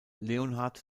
leonhard